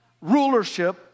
Rulership